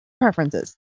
preferences